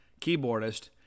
keyboardist